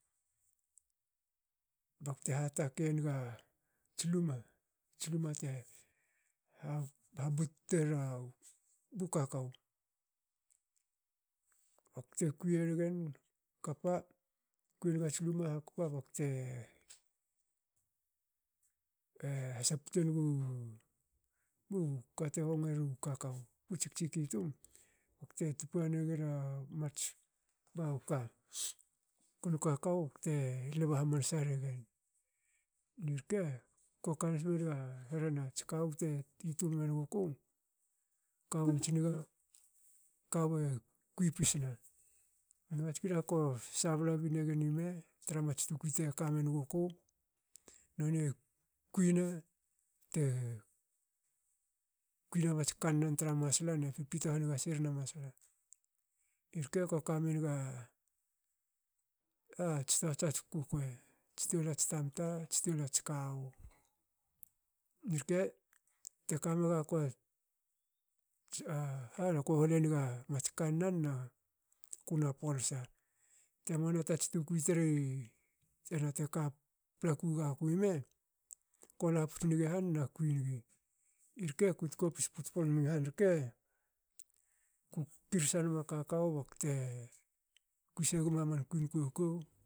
Bakte hatakei enga tsluma. tsluma te habuttu era bu kakau bakte kui egen bakte kui engats luma hakpa. bakte eh hasaptu engu buka te hongo eru kakou u tsik tsiki tum bakte tupa negen mats kunu kakou bakte lba hmanansa regen. Irke kokans menga hrenats kawu te hitul menguku kawu atsi niga. kawu e kui pisna. Nots kina ko sabla binegen ime tra mats tukui te ka menguku. nonie kuine bei nats kannan tra masla ne pipito hanges na masla. irke ko kamenga ats tohats ats kukuei. stol ats tamta. stol ats kawu. irke tekamegaku aha kohol engats kannan naku na polsa. temua na tats tukui hena te ka paplaku gakui me. kolaputs nigi han nakui nigi. irke ku tkopis puts pomni han. ku kirsa lba kakou bakte kui segma man kuin kokou